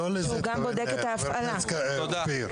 לא לזה התכוון חבר הכנסת אופיר כץ.